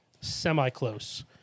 semi-close